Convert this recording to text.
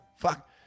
fuck